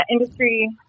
industry